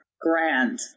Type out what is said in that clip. grand